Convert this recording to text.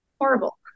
horrible